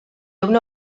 una